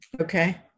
Okay